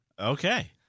Okay